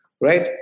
right